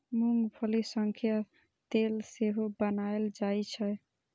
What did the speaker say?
मूंंगफली सं तेल सेहो बनाएल जाइ छै